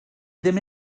ddim